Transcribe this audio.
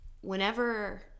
whenever